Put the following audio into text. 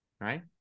Right